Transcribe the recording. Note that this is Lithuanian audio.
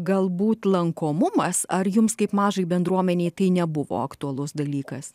galbūt lankomumas ar jums kaip mažai bendruomenei tai nebuvo aktualus dalykas